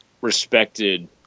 respected